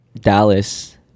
Dallas